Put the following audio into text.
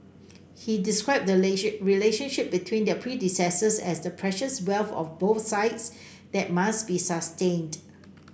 he described the nation relationship between their predecessors as the precious wealth of both sides that must be sustained